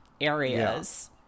areas